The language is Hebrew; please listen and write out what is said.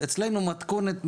אצלו יש מתכונת מיוחדת,